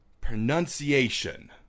pronunciation